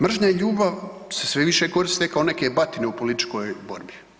Mržnja i ljubav se sve više koriste kao neke batine u političkoj borbi.